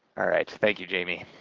all right, thank you jaime.